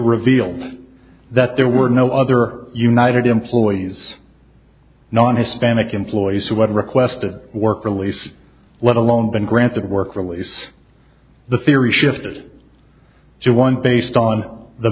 revealed that there were no other united employees non hispanic employees who had requested work release let alone been granted work release the theory shifted to one based on